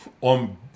on